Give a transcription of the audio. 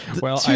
well,